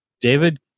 David